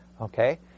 Okay